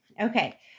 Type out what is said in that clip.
Okay